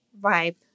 vibe